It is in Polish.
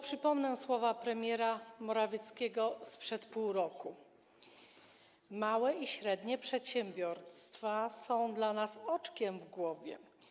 Przypomnę tylko słowa premiera Morawieckiego sprzed pół roku: Małe i średnie przedsiębiorstwa są naszym oczkiem w głowie.